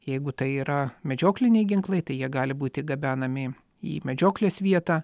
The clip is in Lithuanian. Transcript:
jeigu tai yra medžiokliniai ginklai tai jie gali būti gabenami į medžioklės vietą